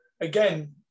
again